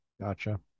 Gotcha